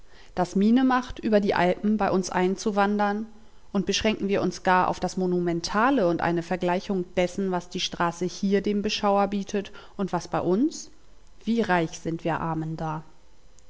das miene macht über die alpen bei uns einzuwandern und beschränken wir uns gar auf das monumentale und eine vergleichung dessen was die straße hier dem beschauer bietet und was bei uns wie reich sind wir armen da